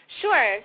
Sure